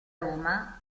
roma